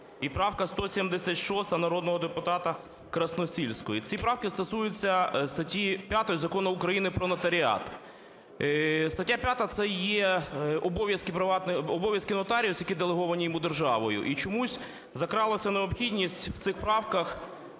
і правка 176 народного депутата Красносільської. Ці правки стосуються статті 5 Закону України "Про нотаріат". Стаття 5, це є обов'язки нотаріуса, які делеговані йому державою. І чомусь закралася необхідність в цих правках